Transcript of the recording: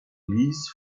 leased